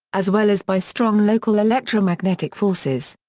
as well as by strong local electromagnetic forces.